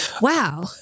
Wow